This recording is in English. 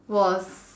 was